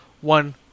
one